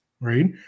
right